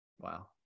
Wow